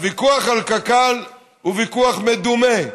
הוויכוח על קק"ל הוא ויכוח מדומה,